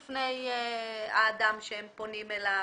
לציין בחוזה את הפרטים שכתובים בתקנות.